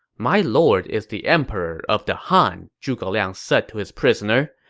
my lord is the emperor of the han, zhuge liang said to his prisoner.